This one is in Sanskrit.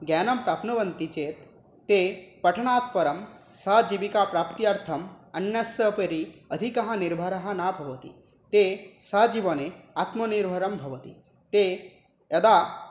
ज्ञानं प्राप्नुवन्ति चेत् ते पठनात् परं सजीविकाप्राप्त्यर्थम् अन्यस्य उपरि अधिकः निर्भरः न भवति ते सजीवने आत्मनिर्भराः भवन्ति ते यदा